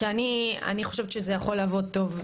כי אני חושבת שזה יכול לעבוד טוב,